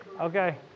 Okay